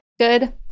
Good